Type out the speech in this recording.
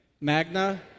Magna